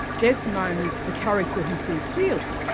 desdemona's the character who sees clearly,